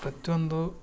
ಪ್ರತಿಯೊಂದು